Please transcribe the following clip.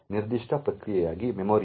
ನಿರ್ದಿಷ್ಟ ಪ್ರಕ್ರಿಯೆಗಾಗಿ ಮೆಮೊರಿಯ